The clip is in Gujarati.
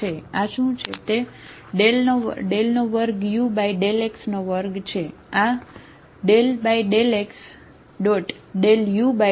તે 2ux2 છે આ ∂x∂u∂x છે બરાબર